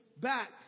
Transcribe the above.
back